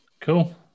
Cool